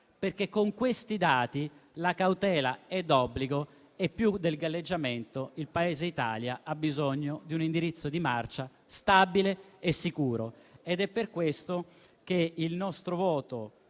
Con questi dati infatti la cautela è d'obbligo e più del galleggiamento il Paese Italia ha bisogno di un indirizzo di marcia stabile e sicuro.